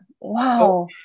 Wow